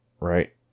Right